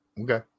Okay